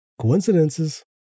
Coincidences